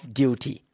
duty